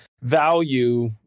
value